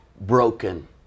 broken